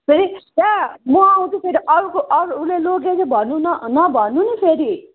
फेरि त्यहाँ म आउँछु फेरि अरू अरूले लगेको भन्नु न नभन्नु नि फेरि